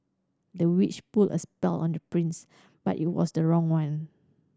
the witch put a spell on the prince but it was the wrong one